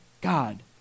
God